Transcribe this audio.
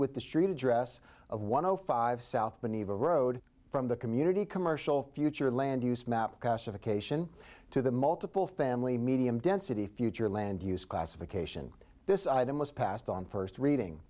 with the street address of one o five south been eva road from the community commercial future land use map classification to the multiple family medium density future land use classification this item was passed on first reading